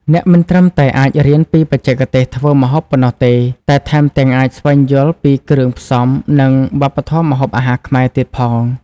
អ្នកមិនត្រឹមតែអាចរៀនពីបច្ចេកទេសធ្វើម្ហូបប៉ុណ្ណោះទេ តែថែមទាំងអាចស្វែងយល់ពីគ្រឿងផ្សំ និងវប្បធម៌ម្ហូបអាហារខ្មែរទៀតផង ។